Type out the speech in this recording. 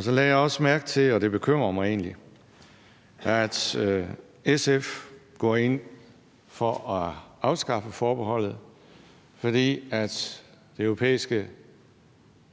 Så lagde jeg også mærke til, og det bekymrer mig egentlig, at SF går ind for at afskaffe forbeholdet, fordi det europæiske